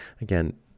again